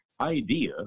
idea